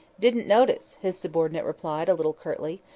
didn't notice, his subordinate replied, a little curtly.